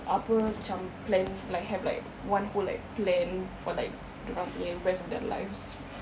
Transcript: apa macam plan like have like one whole like plan for like dorang punya rest of their lives